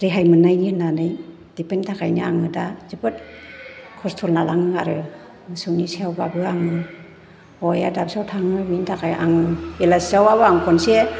रेहाय मोन्नायनि होननानै बेफोरनि थाखायनो आङो दा जोबोथ खस्थ' लानाङो आरो मोसौनि सायावबाबो आङो हौवाया दाबसेयाव थाङो बेनि थाखाय आङो बेलासियावबाबो आं खनसे